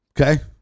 Okay